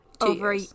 over